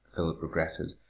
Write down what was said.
philip regretted,